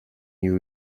you